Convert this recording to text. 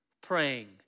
praying